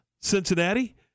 Cincinnati